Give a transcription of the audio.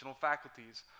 faculties